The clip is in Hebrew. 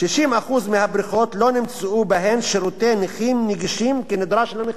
60% מהבריכות לא נמצאו בהן שירותי נכים נגישים כנדרש לנכים.